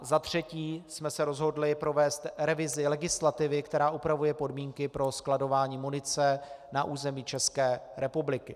Za třetí jsme se rozhodli provést revizi legislativy, která upravuje podmínky pro skladování munice na území České republiky.